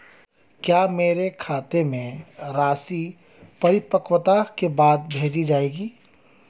क्या मेरे खाते में राशि परिपक्वता के बाद भेजी जाएगी?